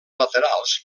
laterals